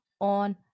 on